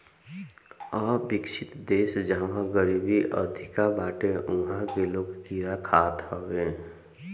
अविकसित देस जहवा गरीबी अधिका बाटे उहा के लोग कीड़ा खात हवे